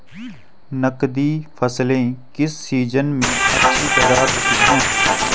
नकदी फसलें किस सीजन में अच्छी पैदावार देतीं हैं?